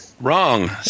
Wrong